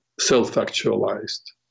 self-actualized